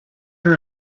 her